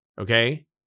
okay